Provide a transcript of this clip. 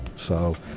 so,